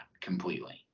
completely